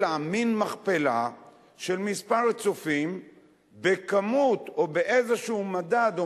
אלא מין מכפלה של מספר צופים בכמות או באיזשהו מדד או